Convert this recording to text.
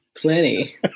Plenty